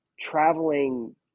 traveling